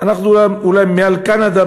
אנחנו אולי מעל קנדה,